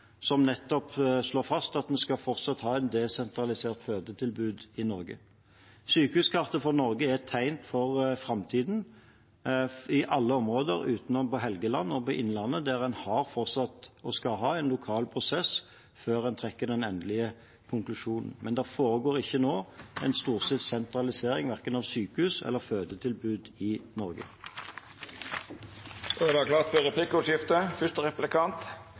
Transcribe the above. som nettopp slår fast at vi fortsatt skal ha et desentralisert fødetilbud i Norge. Sykehuskartet for Norge er et tegn for framtiden i alle områder utenom på Helgeland og i Innlandet, der en fortsatt har og skal ha en lokal prosess før en trekker den endelige konklusjonen – det foregår ikke nå en storstilt sentralisering av verken sykehus eller fødetilbud i Norge. Det vert replikkordskifte.